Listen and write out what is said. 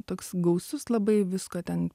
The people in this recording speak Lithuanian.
toks gausus labai visko ten